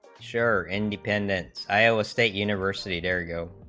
scherer independents iowa state university burial